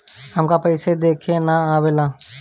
हमका पइसा देखे ना आवेला?